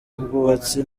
bwubatsi